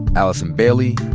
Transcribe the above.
allison bailey,